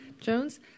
Jones